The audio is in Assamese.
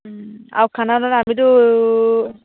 আউ খানা তানা আমিতো